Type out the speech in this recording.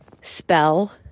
spell